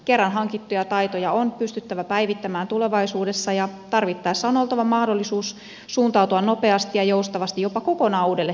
kerran hankittuja taitoja on pystyttävä päivittämään tulevaisuudessa ja tarvittaessa on oltava mahdollisuus suuntautua nopeasti ja joustavasti jopa kokonaan uudelle työuralle